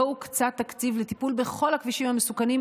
לא הוקצה תקציב לטיפול בכל הכבישים המסוכנים,